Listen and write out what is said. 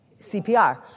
CPR